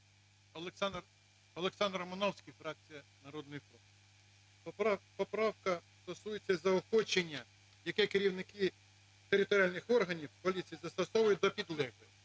ОлександрРомановський, фракція "Народний фронт". Поправка стосується заохочення, яке керівники територіальних органів поліції застосовують до підлеглих.